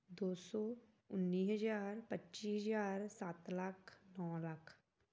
ਦੋ ਸੌ ਉੱਨੀ ਹਜ਼ਾਰ ਪੱਚੀ ਹਜ਼ਾਰ ਸੱਤ ਲੱਖ ਨੌ ਲੱਖ